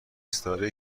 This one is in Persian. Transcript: ستاره